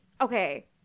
okay